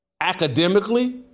Academically